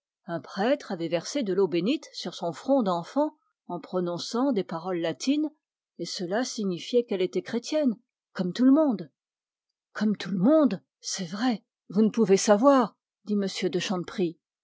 un prêtre avait versé de l'eau bénite sur son front d'enfant en prononçant des paroles latines et cela signifiait qu'elle était chrétienne comme tout le monde comme tout le monde c'est vrai vous ne pouvez savoir dit m de